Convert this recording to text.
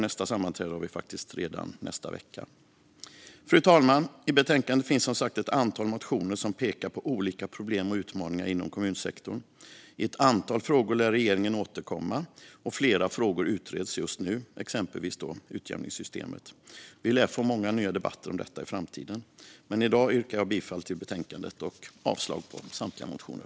Nästa sammanträde har vi faktiskt redan nästa vecka. Fru talman! I betänkandet behandlas som sagt ett antal motioner som pekar på olika problem och utmaningar inom kommunsektorn. I ett antal frågor lär regeringen återkomma. Och flera frågor utreds just nu, exempelvis utjämningssystemet. Vi lär få många nya debatter om detta i framtiden, men i dag yrkar jag bifall till utskottets förslag i betänkandet och avslag på samtliga motioner.